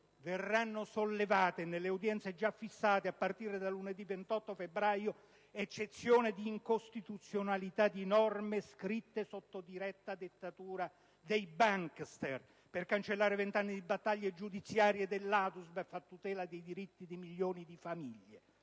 verranno sollevate, nelle udienze già fissate, a partire da lunedì 28 febbraio, eccezioni di incostituzionalità di norme scritte sotto diretta dettatura dei *bankster*, per cancellare 20 anni di battaglie giudiziarie dell'Adusbef a tutela dei diritti di milioni di famiglie.